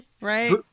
Right